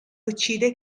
uccide